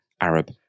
Arab